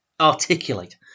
articulate